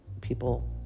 people